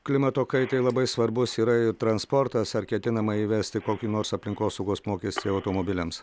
klimato kaitai labai svarbus yra ir transportas ar ketinama įvesti kokį nors aplinkosaugos mokestį automobiliams